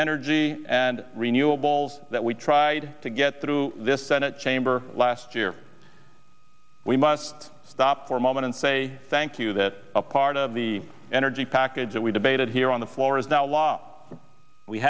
energy and renewables that we tried to get through this senate chamber last year we must stop for a moment and say thank you that part of the energy package that we debated here on the floor is now law we